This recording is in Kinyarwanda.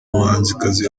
muhanzikazi